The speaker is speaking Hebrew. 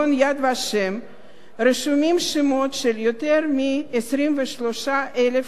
רשומים שמות של יותר מ-23,000 חסידי אומות העולם.